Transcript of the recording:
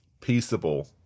Peaceable